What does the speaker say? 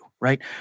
right